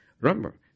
remember